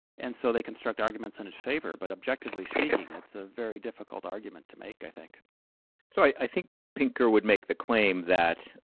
and so they construct arguments in its favor. but objectively speaking, it's a very difficult argument to make, i think. steve so i think pinker would make the claim that,